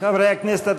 חברי הכנסת,